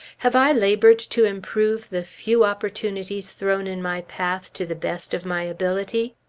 have i labored to improve the few opportunities thrown in my path, to the best of my ability?